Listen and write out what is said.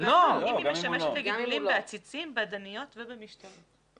משמשת לגידולים בעציצים ובאדניות ובמשתלות.